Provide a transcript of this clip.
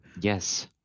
yes